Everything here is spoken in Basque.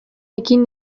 ekin